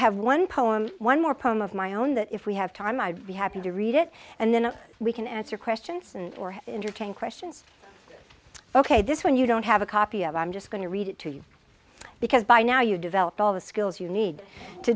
have one poem one more poem of my own that if we have time i'd be happy to read it and then we can answer questions and or entertain questions ok this one you don't have a copy of i'm just going to read it to you because by now you develop all the skills you need to